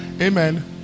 Amen